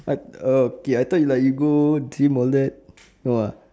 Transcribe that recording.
what oh okay I thought you like you go gym all that no ah